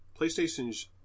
playstations